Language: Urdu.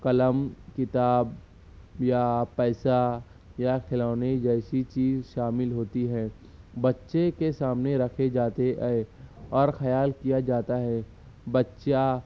قلم کتاب یا پیسہ یا کھلونے جیسی چیز شامل ہوتی ہیں بچے کے سامنے رکھے جاتے ہیں اور خیال کیا جاتا ہے بچہ